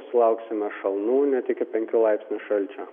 sulauksime šalnų net iki penkių laipsnių šalčio